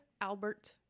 Albert